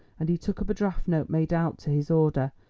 and he took up a draft note made out to his order,